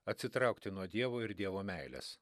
atsitraukti nuo dievo ir dievo meilės